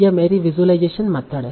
यह मेरी visualisation method है